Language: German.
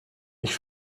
ich